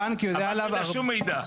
הבנק יודע עליו --- הבנק לא יודע שום מידע.